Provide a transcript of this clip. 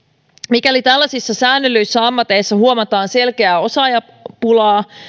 mikäli tällaisissa säännellyissä ammateissa huomataan selkeää osaajapulaa